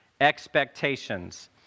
expectations